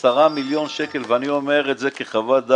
10 מיליון שקל ואני אומר את זה כחוות של